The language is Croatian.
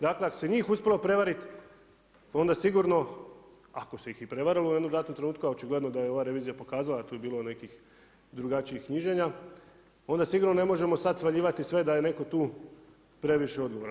Dakle ako se njih uspjelo prevariti onda sigurno, ako su ih i prevarili u jednom danom trenutku, a očigledno da je ova revizija pokazala, tu je bilo nekih drugačijih knjiženja onda sigurno ne možemo sad svaljivati sve da je netko tu previše odgovoran.